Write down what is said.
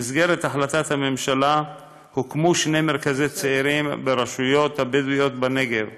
במסגרת החלטת הממשלה הוקמו שני מרכזי צעירים ברשויות הבדואיות בנגב: